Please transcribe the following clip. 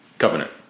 covenant